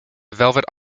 velvet